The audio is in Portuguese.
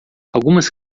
algumas